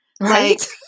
Right